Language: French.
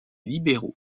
libéraux